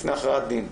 לפני הכרעת הדין.